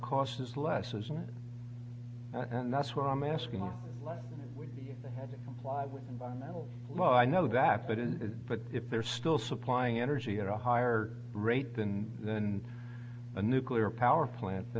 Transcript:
cost is less isn't it and that's what i'm asking a lot less than it would be if they had to comply with environmental law i know that but it is but if they're still supplying energy at a higher rate than than a nuclear power plant